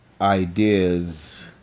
ideas